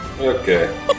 Okay